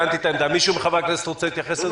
מישהו מחברי הכנסת רוצה להתייחס?